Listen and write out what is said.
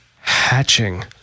Hatching